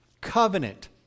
covenant